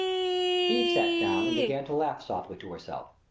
eve sat down and began to laugh softly to herself.